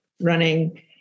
running